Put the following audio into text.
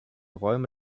räume